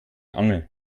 angel